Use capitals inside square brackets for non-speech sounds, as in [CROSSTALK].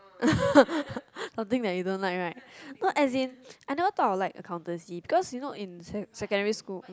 [LAUGHS] something that you don't like right no as in I never thought I will like accountancy because you know in like sec~ secondary school mm